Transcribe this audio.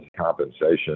compensation